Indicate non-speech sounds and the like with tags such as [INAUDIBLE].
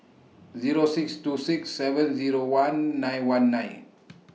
Zero six two six seven Zero one nine one nine [NOISE]